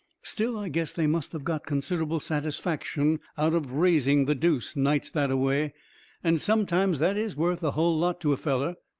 still, i guess they must of got considerable satisfaction out of raising the deuce nights that-away and sometimes that is worth a hull lot to a feller.